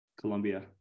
Colombia